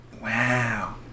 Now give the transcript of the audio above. Wow